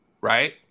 Right